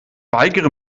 weigere